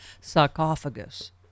sarcophagus